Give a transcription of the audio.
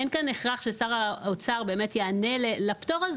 אין כאן הכרח ששר האוצר יענה לבקשה.